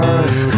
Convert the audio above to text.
Life